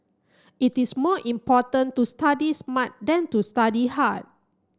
it is more important to study smart than to study hard